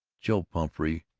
joe pumphrey